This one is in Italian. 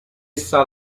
sta